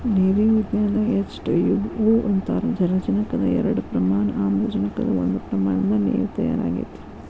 ನೇರಿಗೆ ವಿಜ್ಞಾನದಾಗ H two O ಅಂತಾರ ಜಲಜನಕದ ಎರಡ ಪ್ರಮಾಣ ಆಮ್ಲಜನಕದ ಒಂದ ಪ್ರಮಾಣದಿಂದ ನೇರ ತಯಾರ ಆಗೆತಿ